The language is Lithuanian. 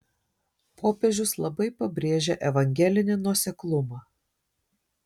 popiežius labai pabrėžia evangelinį nuoseklumą